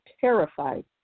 terrified